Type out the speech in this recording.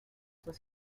was